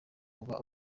uba